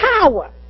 power